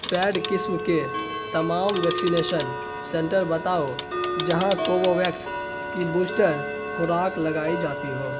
paid قسم کے تمام ویکسینیشن سنٹر بتاؤ جہاں کووو ویکس کی بوسٹر خوراک لگائی جاتی ہو